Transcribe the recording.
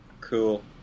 cool